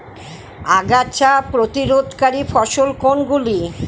আগাছা প্রতিরোধকারী ফসল কোনগুলি?